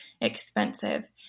expensive